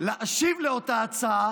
להשיב על אותה הצעה